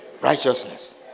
Righteousness